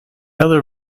other